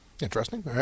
Interesting